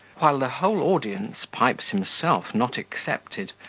while the whole audience, pipes himself not excepted,